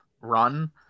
run